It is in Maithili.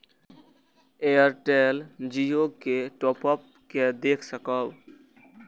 एयरटेल जियो के टॉप अप के देख सकब?